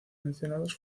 mencionados